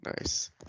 Nice